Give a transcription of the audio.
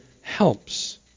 helps